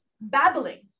babbling